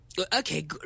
okay